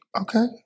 Okay